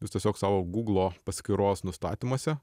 jūs tiesiog savo guglo paskyros nustatymuose